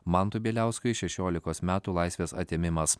mantui bieliauskui šešiolikos metų laisvės atėmimas